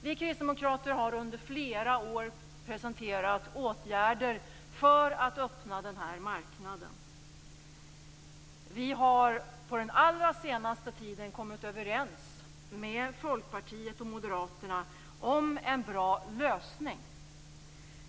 Vi kristdemokrater har under flera år presenterat åtgärder för att öppna den här marknaden. Vi har på den allra senaste tiden kommit överens med Folkpartiet och Moderaterna om en bra lösning.